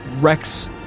Rex